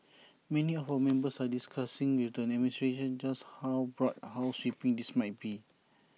many of our members are discussing with the administration just how broad how sweeping this might be